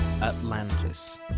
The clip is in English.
Atlantis